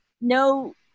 no